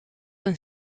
een